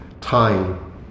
time